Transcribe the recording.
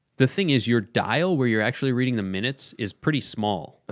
the thing is, your dial where you're actually reading the minutes, is pretty small.